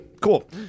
Cool